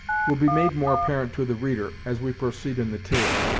will be made more apparent to the reader as we proceed in the tale.